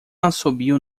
assobio